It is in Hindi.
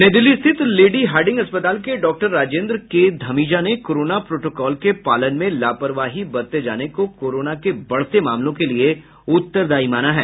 नई दिल्ली स्थित लेडी हार्डिंग अस्पताल के डॉक्टर राजेन्द्र के धमीजा ने कोरोना प्रोटोकॉल के पालन में लापरवाही बरते जाने को कोरोना के बढ़ते मामलों के लिए उत्तरदायी माना है